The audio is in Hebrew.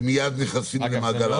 שמיד נכנסים למעגל האבטלה.